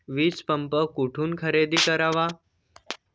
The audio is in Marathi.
वीजपंप कुठून खरेदी करावा?